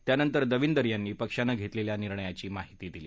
त्यानंतर दविंदर यांनी पक्षानं घेतलेल्या निर्णयाची माहिती दिली